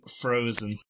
Frozen